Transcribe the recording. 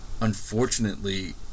unfortunately